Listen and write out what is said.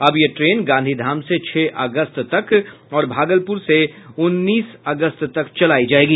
अब ये ट्रेन गांधी धाम से छह अगस्त तक और भागलपुर से उन्नीस अगस्त तक चलायी जायेगी